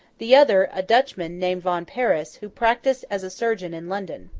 the other, a dutchman, named von paris, who practised as a surgeon in london.